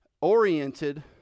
oriented